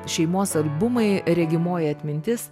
šeimos albumai regimoji atmintis